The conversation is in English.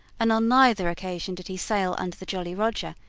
and on neither occasion did he sail under the jolly roger,